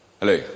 Hello